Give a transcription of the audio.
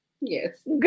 Yes